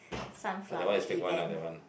sunflower event